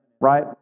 right